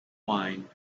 wine